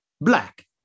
black